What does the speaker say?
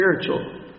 spiritual